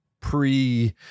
pre